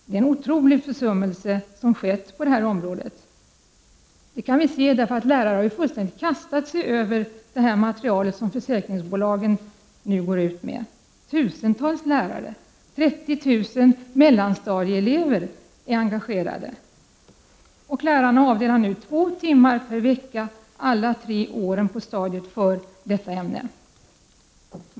Det är en otrolig försummelse som skett på detta området. Det framgår att lärarna fullkomligt kastat sig över det material som försäkringsbolagen nu går ut med. Tusentals lärare och 30 000 mellanstadieelever är engagerade. Lärarna avdelar nu två timmar per vecka under stadiets alla tre år för detta ämne.